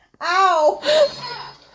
Ow